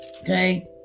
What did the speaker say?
Okay